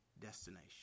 destination